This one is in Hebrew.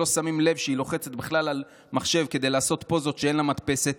שלא שמים לב שהיא לוחצת בכלל על מחשב כדי לעשות פוזות שאין לה מדפסת.